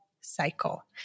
cycle